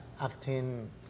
acting